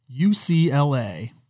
UCLA